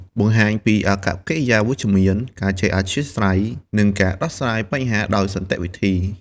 បង្ហាញពី អាកប្បកិរិយាវិជ្ជមាន ការចេះអធ្យាស្រ័យ និងការដោះស្រាយបញ្ហាដោយសន្តិវិធី ។